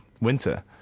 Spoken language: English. winter